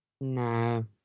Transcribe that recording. No